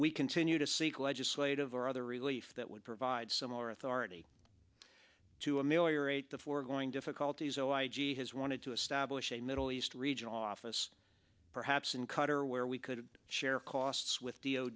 we continue to seek legislative or other relief that would provide similar authority to ameliorate the foregoing difficulties so i g has wanted to establish a middle east region office perhaps in qatar where we could share costs with t